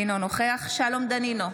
אינו נוכח שלום דנינו,